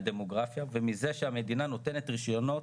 גם היה פחות עומס בבתי החולים וגם לאזרחי המדינה הייתה יותר בריאות.